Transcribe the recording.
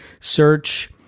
search